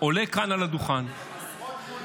עולה כאן על הדוכן, מקלל,